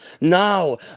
Now